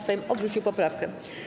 Sejm odrzucił poprawkę.